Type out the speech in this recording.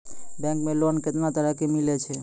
Bank मे loan कैतना तरह के मिलै छै?